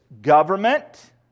government